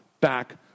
back